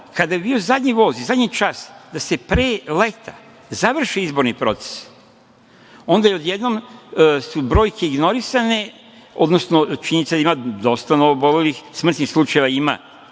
kada je bio zadnji voz i zadnji čas, da se pre leta završi izborni proces, onda odjednom si brojke ignorisane, odnosno činjenica, ima dosta novoobolelih, smrtnih slučajeva ima,